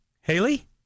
Haley